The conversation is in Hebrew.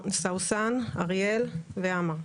סאוסן, אריאל ועמר.